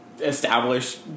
establish